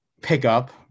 pickup